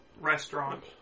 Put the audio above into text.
restaurant